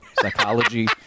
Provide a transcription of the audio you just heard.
psychology